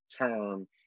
term